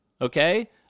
Okay